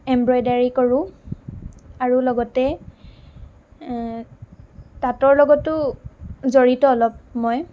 embroidery কৰোঁ আৰু লগতে তাঁতৰ লগতো জড়িত অলপ মই